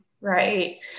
right